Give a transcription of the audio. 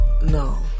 No